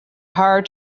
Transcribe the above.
hire